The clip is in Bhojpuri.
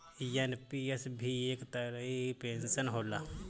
एन.पी.एस भी एक तरही कअ पेंशन होला